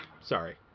Sorry